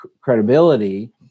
credibility